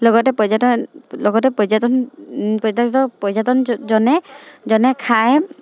লগতে পৰ্যটন লগতে পৰ্যটন পৰ্যটকজনে খায়